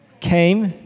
came